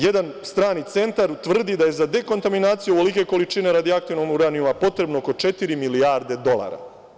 Jedan strani centar tvrdi da je za dekontaminaciju ovolike količine radioaktivnog uranijuma potrebno oko četiri milijarde dolara.